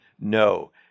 No